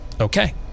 Okay